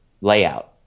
layout